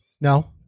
No